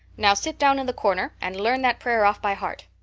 now, sit down in the corner and learn that prayer off by heart.